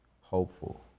hopeful